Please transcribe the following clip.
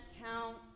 count